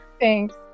Thanks